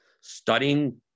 Studying